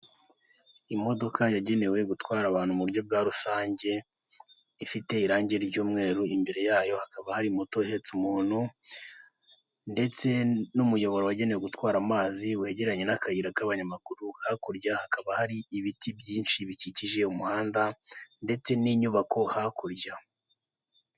Imodoka yagenewe gutwara abantu mu buryo bwa rusange ifite irangi ry'umweru imbere yayo hakaba hari moto ihetse umuntu ndetse n'umuyoboro wagenewe gutwara amazi wegeranye n'akayira k'abanyamaguru hakurya hakaba hari ibiti byinshi bikikije umuhanda ndetse n'inyubako hakurya .